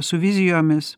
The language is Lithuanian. su vizijomis